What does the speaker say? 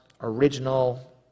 original